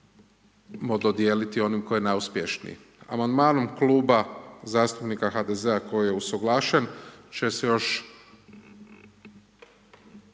dodijeliti onom ko je najupješniji. Amandmanom Kluba zastupnika HDZ-a koji je usuglašen će se još